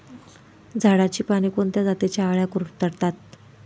झाडाची पाने कोणत्या जातीच्या अळ्या कुरडतात?